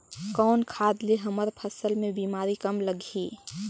कौन खाद ले हमर फसल मे बीमारी कम लगही?